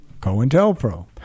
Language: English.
COINTELPRO